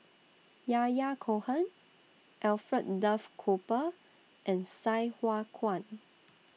Yahya Cohen Alfred Duff Cooper and Sai Hua Kuan